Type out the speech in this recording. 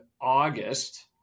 August